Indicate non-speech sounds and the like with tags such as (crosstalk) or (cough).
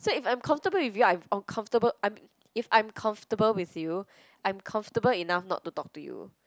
so if I'm comfortable with you I (noise) uncomfortable I'm if I'm comfortable with you I'm comfortable enough not to talk to you